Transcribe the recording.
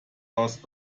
does